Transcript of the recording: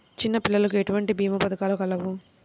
చిన్నపిల్లలకు ఎటువంటి భీమా పథకాలు కలవు?